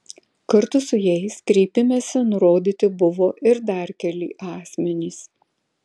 kartu su jais kreipimesi nurodyti buvo ir dar keli asmenys